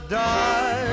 die